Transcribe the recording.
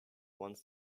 once